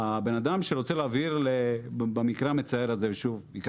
הבן אדם שרוצה להעביר במקרה המצער הזה, ושוב, אין